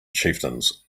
chieftains